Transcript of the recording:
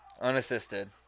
Unassisted